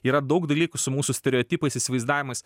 yra daug dalykų su mūsų stereotipais įsivaizdavimais